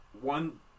one